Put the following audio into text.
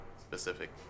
specific